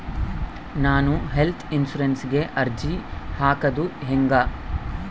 ನಾನು ಹೆಲ್ತ್ ಇನ್ಸುರೆನ್ಸಿಗೆ ಅರ್ಜಿ ಹಾಕದು ಹೆಂಗ?